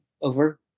over